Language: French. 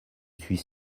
suis